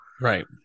Right